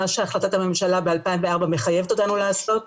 שהחלטת הממשלה מ-2004 מחייבת אותנו לעשות,